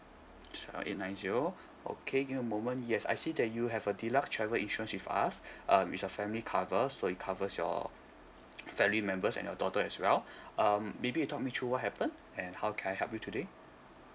seven eight nine zero okay give me a moment yes I see that you have a deluxe travel insurance with us um is a family cover so it covers your family members and your daughter as well um maybe you tell me through what happened and how can I help you today